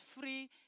free